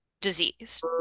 disease